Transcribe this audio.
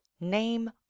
name